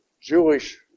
Jewish